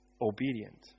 Obedient